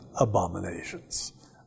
abominations